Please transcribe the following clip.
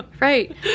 Right